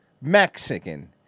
Mexican